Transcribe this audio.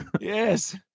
Yes